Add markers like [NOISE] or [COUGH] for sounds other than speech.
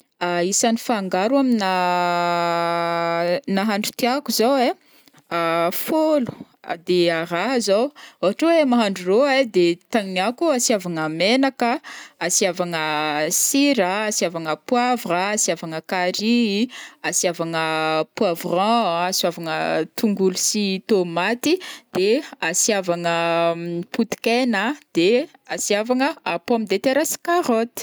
[HESITATION] isan'ny fangaro amina [HESITATION] nahandro tiako zao ai [HESITATION] fôlo, de [HESITATION] raha zao ohatra hoe mahandro rô ai, de tagniniako asiavagna menaka, asiavagna sira, asiavagna poivre, asiavagna carry, asiavagna poivron, asiavagna tongolo sy tomaty, de asiavagna potikena, de asiavagna pommes de terre sy carottes.